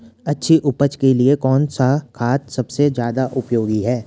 अच्छी उपज के लिए कौन सा खाद सबसे ज़्यादा उपयोगी है?